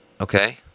Okay